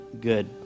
good